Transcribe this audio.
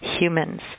humans